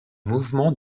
mouvement